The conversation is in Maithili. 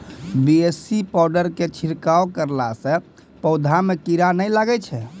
बी.ए.सी पाउडर के छिड़काव करला से पौधा मे कीड़ा नैय लागै छै?